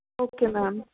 okay ma'am